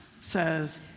says